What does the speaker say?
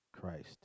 Christ